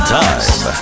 time